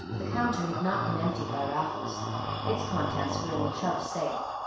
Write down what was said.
the counter had not been emptied by raffles its contents were in the chubb's safe,